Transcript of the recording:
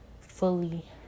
fully